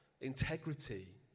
integrity